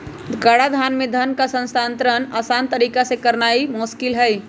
कराधान में धन का हस्तांतरण असान तरीका से करनाइ मोस्किल हइ